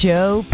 Joe